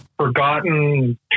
Forgotten